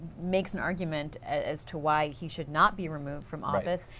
makes an argument as to why he should not be removed from office.